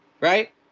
right